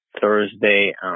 Thursday